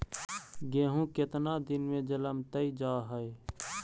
गेहूं केतना दिन में जलमतइ जा है?